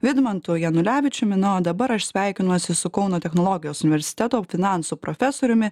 vidmantu janulevičiumi na o dabar aš sveikinuosi su kauno technologijos universiteto finansų profesoriumi